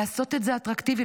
לעשות את זה אטרקטיבי,